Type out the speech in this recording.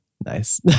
Nice